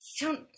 don't-